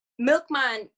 Milkman